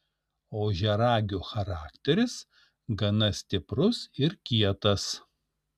ožiaragių charakteris gana stiprus ir kietas